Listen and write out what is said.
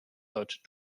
deutsche